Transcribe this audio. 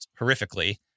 horrifically